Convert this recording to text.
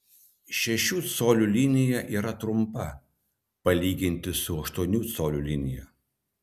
šešių colių linija yra trumpa palyginti su aštuonių colių linija